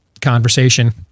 conversation